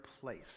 place